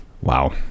wow